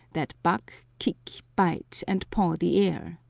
that buck, kick, bite, and paw the air.